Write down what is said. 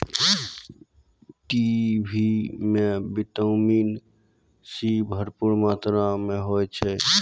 kiwi म vitamin C भरपूर मात्रा में होय छै